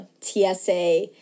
TSA